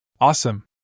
Awesome